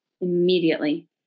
immediately